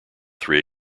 three